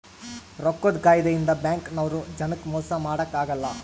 ರೊಕ್ಕದ್ ಕಾಯಿದೆ ಇಂದ ಬ್ಯಾಂಕ್ ನವ್ರು ಜನಕ್ ಮೊಸ ಮಾಡಕ ಅಗಲ್ಲ